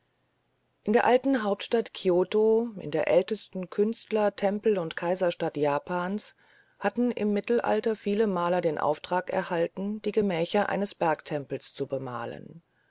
in der alten hauptstadt kioto in der ältesten künstler tempel und kaiserstadt japans hatten im mittelalter viele maler den auftrag erhalten die gemächer eines bergtempels zu bemalen